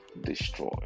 destroy